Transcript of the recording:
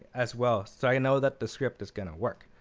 as well, so i know that the script is going to work.